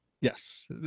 Yes